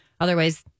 Otherwise